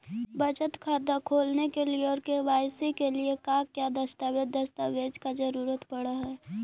बचत खाता खोलने के लिए और के.वाई.सी के लिए का क्या दस्तावेज़ दस्तावेज़ का जरूरत पड़ हैं?